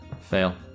Fail